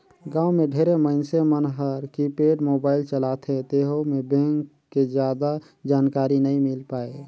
गांव मे ढेरे मइनसे मन हर कीपेड मोबाईल चलाथे तेहू मे बेंक के जादा जानकारी नइ मिल पाये